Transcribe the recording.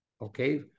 okay